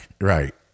Right